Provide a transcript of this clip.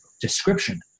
description